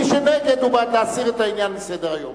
מי שנגד, הוא בעד להסיר את העניין מסדר-היום.